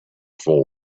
forward